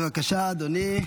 בבקשה, אדוני,